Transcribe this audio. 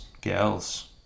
gals